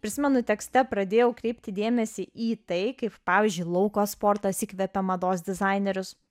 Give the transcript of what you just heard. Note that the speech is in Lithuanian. prisimenu tekste pradėjau kreipti dėmesį į tai kaip pavyzdžiui lauko sportas įkvepia mados dizainerius